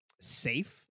safe